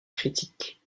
critique